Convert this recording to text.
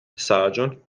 saĝon